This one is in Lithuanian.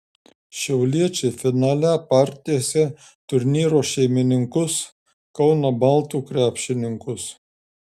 šiauliečiai finale partiesė turnyro šeimininkus kauno baltų krepšininkus